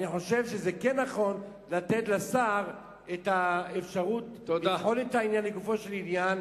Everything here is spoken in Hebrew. אני חושב שזה כן נכון לתת לשר את האפשרות לבחון לגופו של עניין